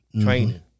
training